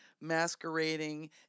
masquerading